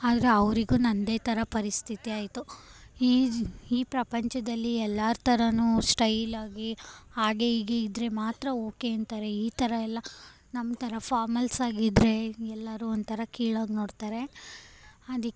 ಆದರೆ ಅವರಿಗೂ ನನ್ನದೇ ಥರ ಪರಿಸ್ಥಿತಿ ಆಯಿತು ಈ ಈ ಪ್ರಪಂಚದಲ್ಲಿ ಎಲ್ಲರ ಥರವೂ ಸ್ಟೈಲಾಗಿ ಹಾಗೆ ಹೀಗೆ ಇದ್ದರೆ ಮಾತ್ರ ಓಕೆ ಅಂತಾರೆ ಈ ಥರ ಎಲ್ಲ ನಮ್ಮ ಥರ ಫಾರ್ಮಲ್ಸ್ ಆಗಿದ್ದರೆ ಎಲ್ಲರೂ ಒಂಥರ ಕೀಳಾಗಿ ನೋಡ್ತಾರೆ ಅದಕ್ಕೆ